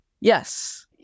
Yes